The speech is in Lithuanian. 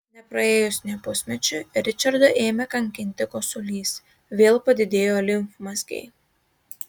nepraėjus nė pusmečiui ričardą ėmė kankinti kosulys vėl padidėjo limfmazgiai